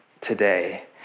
today